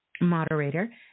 moderator